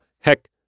Heck